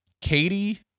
Katie